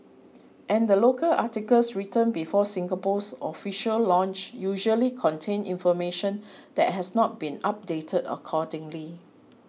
and the local articles written before Singapore's official launch usually contain information that has not been updated accordingly